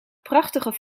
prachtige